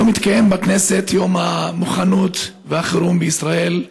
היום התקיים בכנסת יום המוכנות לחירום בישראל,